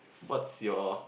what's your